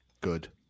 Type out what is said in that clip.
good